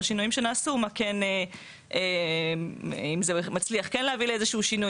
בשינויים שנעשו האם זה מצליח כן להביא לאיזשהו שינוי